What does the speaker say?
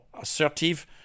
assertive